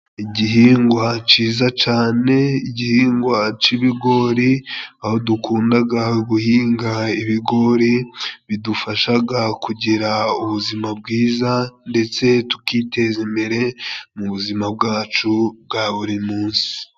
Igihingwa ciza cane, igihingwa c'ibigori, aho dukundaga guhinga ibigori bidufashaga kugira ubuzima bwiza, ndetse tukiteza imbere mu buzima bwacu bwa buri munsi.